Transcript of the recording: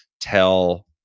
tell